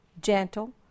gentle